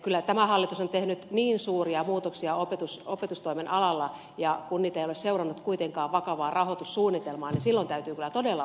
kyllä tämä hallitus on tehnyt niin suuria muutoksia opetustoimen alalla ja kun niitä ei ole seurannut kuitenkaan vakava rahoitussuunnitelma niin silloin täytyy kyllä todella olla huolestunut